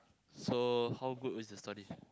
so how good was the story